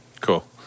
Cool